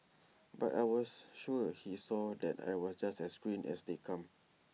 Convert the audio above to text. but I was sure he saw that I was just as green as they come